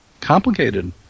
complicated